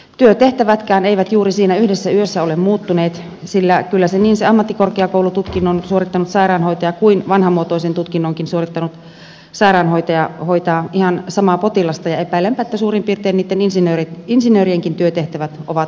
työtehtävätkään eivät juuri siinä yhdessä yössä ole muuttuneet sillä kyllä niin se ammattikorkeakoulututkinnon suorittanut sairaanhoitaja kuin vanhanmuotoisen tutkinnonkin suorittanut sairaanhoitaja hoitavat ihan samaa potilasta ja epäilenpä että suurin piirtein niitten insinöörienkin työtehtävät ovat säilyneet samoina